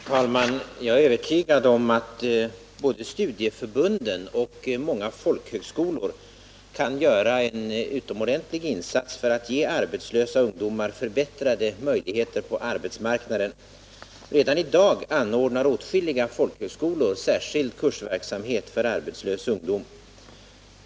Herr talman! Jag är övertygad om att både studieförbunden och många folkhögskolor kan göra en utomordentlig insats när det gäller att ge arbetslösa ungdomar förbättrade möjligheter på arbetsmarknaden. Redan i dag anordnar åtskilliga folkhögskolor särskild kursverksamhet för arbetslös ungdom.